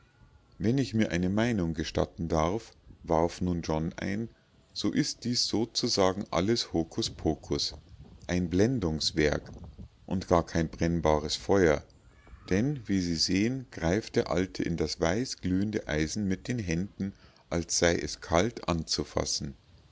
wenn ich mir eine meinung gestatten darf warf nun john ein so ist dies sozusagen alles hokus pokus ein blendungswerk und gar kein brennbares feuer denn wie sie sehen greift der alte in das weißglühende eisen mit den händen als sei es kalt anzufassen